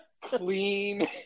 clean